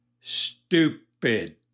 stupid